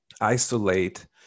isolate